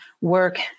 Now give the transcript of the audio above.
work